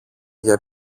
για